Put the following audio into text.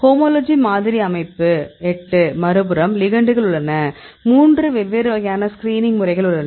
homology மாதிரி அமைப்பு 8 மறுபுறம் லிகெண்டுகள் உள்ளன மூன்று வெவ்வேறு வகையான ஸ்கிரீனிங் முறைகள் உள்ளன